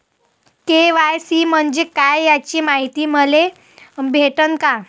KYC म्हंजे काय याची मायती मले भेटन का?